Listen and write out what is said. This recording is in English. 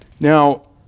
Now